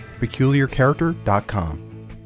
peculiarcharacter.com